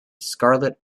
scarlet